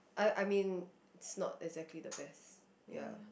I I mean it's not exactly the best ya